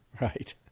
Right